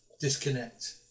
disconnect